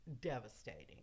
devastating